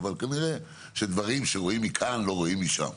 אבל כנראה שדברים שרואים מכאן לא רואים משם,